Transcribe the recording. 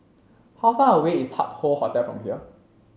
how far away is Hup Hoe Hotel from here